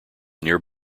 near